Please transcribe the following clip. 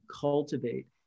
cultivate